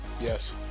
Yes